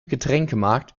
getränkemarkt